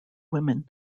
women